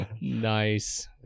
Nice